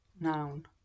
noun